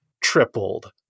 tripled